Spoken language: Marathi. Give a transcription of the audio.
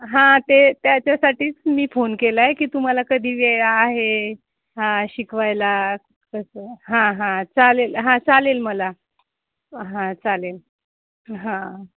हां ते त्याच्यासाठीच मी फोन केला आहे की तुम्हाला कधी वेळ आहे हा शिकवायला कसं हां हां चालेल हां चालेल मला हां चालेल हां